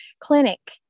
clinic